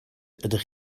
ydych